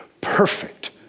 perfect